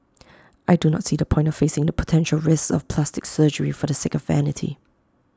I do not see the point of facing the potential risks of plastic surgery for the sake of vanity